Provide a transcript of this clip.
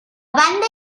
banda